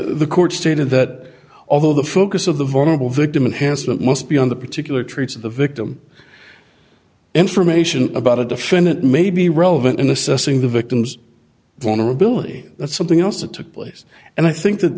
the court stated that although the focus of the vulnerable victim enhanced it must be on the particular traits of the victim information about a defendant may be relevant in assessing the victim's vulnerability that's something else that took place and i think that